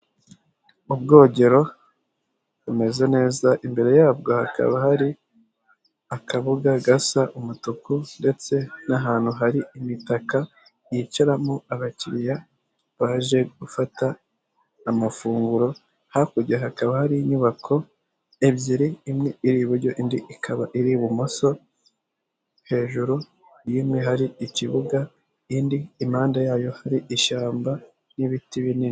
Mu bwogero bumeze neza imbere yabwo hakaba hari akabuga gasa umutuku ndetse n'ahantu hari imitaka yicaramo abakiriya baje gufata amafunguro hakurya hakaba hari inyubako ebyiri imwe iri iburyo indi ikaba iri ibumoso hejuru y'imwe hari ikibuga indi imhandada yayo hari ishyamba n'ibiti binini.